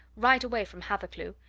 right away from hathercleugh,